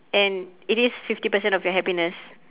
and it is fifty percent of your happiness